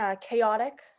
chaotic